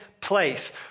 place